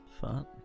Fun